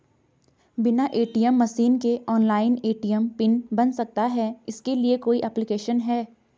बिना ATM machine के online ATM pin बन सकता है इसके लिए कोई ऐप्लिकेशन है?